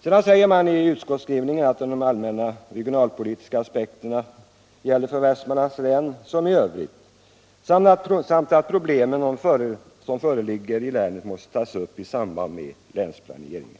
Sedan säger man i utskottsskrivningen: ”Beträffande de allmänna regionalpolitiska aspekterna gäller detsamma för Västmanlands län som i övrigt. De problem som föreligger i länet bör i första hand tas upp i samband med länsplaneringen.”